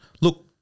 look